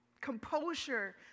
composure